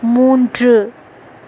மூன்று